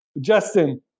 Justin